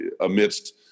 amidst